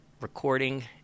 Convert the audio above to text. recording